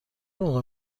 موقع